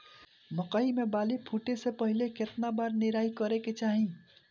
मकई मे बाली फूटे से पहिले केतना बार निराई करे के चाही?